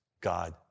God